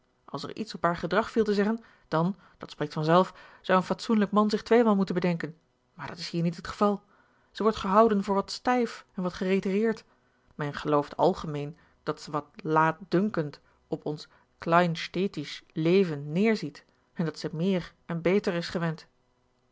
als er iets op haar gedrag viel te zeggen dan dat spreekt vanzelf zou een fatsoenlijk man zich tweemaal moeten bedenken maar dit is hier niet het geval zij wordt gehouden voor wat stijf en wat geretireerd men gelooft algemeen dat ze wat laatdunkend op ons kleinstädtisch leven neerziet en dat ze meer en beter is gewend